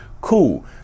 Cool